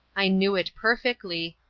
i knew it perfectly,